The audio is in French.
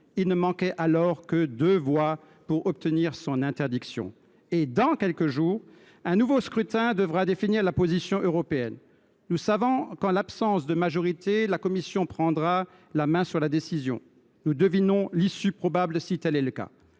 il n’a manqué que deux voix pour obtenir son interdiction… Dans quelques jours, un nouveau scrutin devra définir la position européenne. Nous savons qu’en l’absence de majorité la Commission prendra la main sur la décision. Nous devinons, le cas échéant, quelle sera